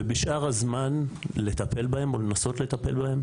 ובשאר הזמן לטפל בהם או לנסות לטפל בהם